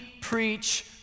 preach